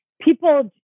people